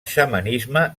xamanisme